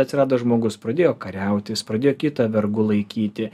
atsirado žmogus pradėjo kariaut jis pradėjo kitą vergu laikyti